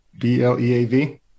b-l-e-a-v